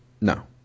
No